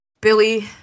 Billy